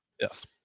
yes